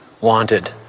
wanted